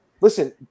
Listen